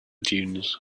dunes